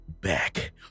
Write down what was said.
back